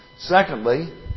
Secondly